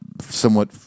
Somewhat